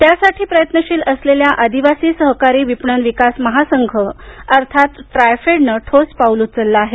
त्यासाठी प्रयवशील असलेल्या आदिवासी सहकारी विपणन विकास महासंघ अर्थात ट्रायफेडनं ठोस पाऊल उचललं आहे